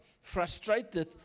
frustrated